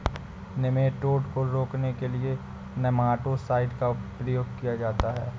nematode को रोकने के लिए नेमाटो साइड का प्रयोग किया जाता है